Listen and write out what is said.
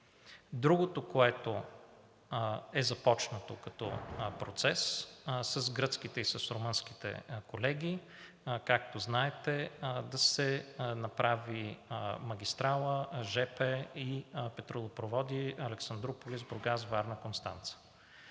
Другото, което е започнато като процес с гръцките и с румънските колеги, както знаете, е да се направи магистрала, жп и петролопроводи Александруполис – Бургас – Варна – Констанца.